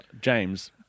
James